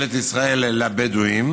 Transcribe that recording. ממשלת ישראל לבדואים,